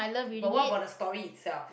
but what about the story itself